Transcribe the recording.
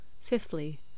fifthly